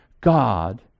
God